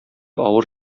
авыр